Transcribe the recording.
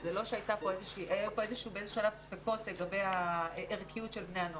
שזה לא שהיו באיזה שלב ספקות לגבי הערכיות של בני הנוער.